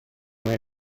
nei